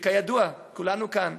שכידוע, כולנו כאן